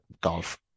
golf